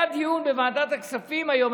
היה דיון בוועדת הכספים היום,